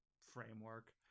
framework